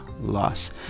loss